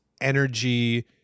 energy